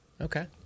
Okay